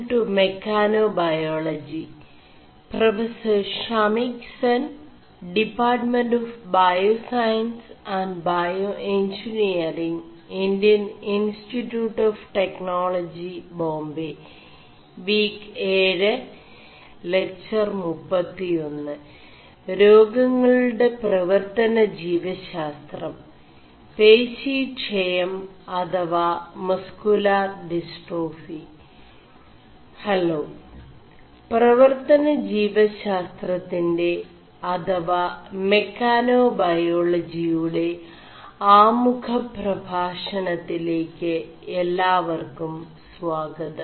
ഹേലാ 4പവർøന ജീവശാസ്4തøിൻെറ െമ ാേനാബേയാളജിയുെട ആമുഖ4പഭാഷണøിേല ് എ ാവർ ും സjാഗതം